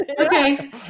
okay